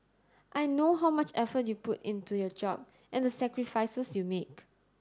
I know how much effort you put into your job and the sacrifices you make